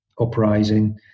Uprising